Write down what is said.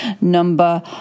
number